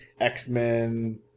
X-Men